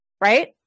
right